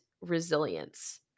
resilience